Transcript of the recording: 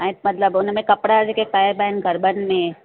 ऐं मतलबु हुन में कपिड़ा जेके पाइबा आहिनि गरबनि में